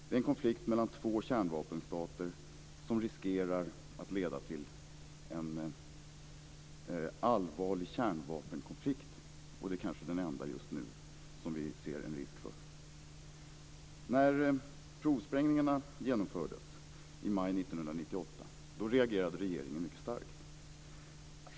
Det är en konflikt mellan två kärnvapenstater som riskerar att leda till en allvarlig kärnvapenkonflikt, och det är kanske den enda kärnvapenkonflikt just nu som det finns risk för. reagerade regeringen mycket starkt.